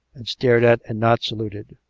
and stared at and not saluted.